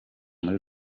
muri